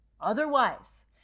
Otherwise